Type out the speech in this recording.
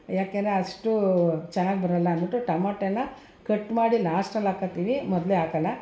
ಯಾಕೆಂದರೆ ಅಷ್ಟು ಚೆನ್ನಾಗಿ ಬರೋಲ್ಲ ಅಂದ್ಬಿಟ್ಟು ಟೊಮಟನ ಕಟ್ ಮಾಡಿ ಲಾಸ್ಟಲ್ಲಿ ಹಾಕ್ಕೊಳ್ತೀವಿ ಮೊದಲೇ ಹಾಕೋಲ್ಲ